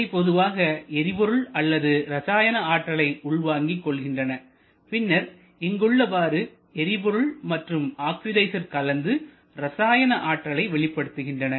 இவை பொதுவாக எரிபொருள் அல்லது ரசாயன ஆற்றலை உள்வாங்கிக் கொள்கின்றன பின்னர் இங்கு உள்ளவாறு எரிபொருள் மற்றும் ஆக்சிடிசர் கலந்து ரசாயன ஆற்றலை வெளிப்படுத்துகின்றன